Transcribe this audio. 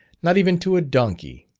not even to a donkey.